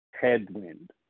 headwind